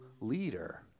leader